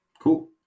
cool